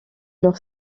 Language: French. leur